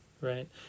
Right